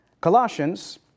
Colossians